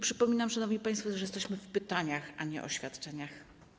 Przypominam, szanowni państwo, że jesteśmy przy pytaniach, a nie oświadczeniach.